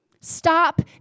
Stop